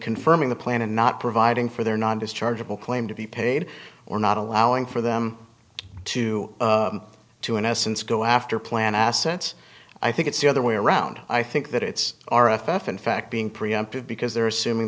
confirming the plan and not providing for their non dischargeable claim to be paid or not allowing for them to to in essence go after plan assets i think it's the other way around i think that it's r f f in fact being preemptive because they're assuming